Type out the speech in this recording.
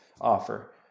offer